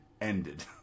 ended